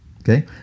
Okay